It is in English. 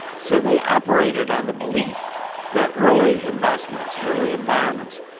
so they operated on the belief that early investments, early environments,